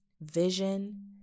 vision